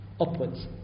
upwards